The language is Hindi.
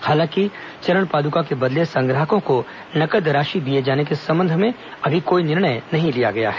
हालांकि चरण पादुका के बदले संग्राहकों को नकद राशि दिए जाने के संबंध में अभी कोई निर्णय नहीं लिया गया है